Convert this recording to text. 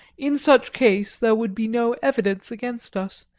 in such case there would be no evidence against us,